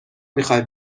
میخوای